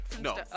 no